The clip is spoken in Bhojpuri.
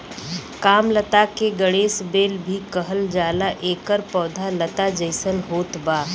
कामलता के गणेश बेल भी कहल जाला एकर पौधा लता जइसन होत बा